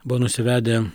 buvo nusivedę